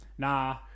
Nah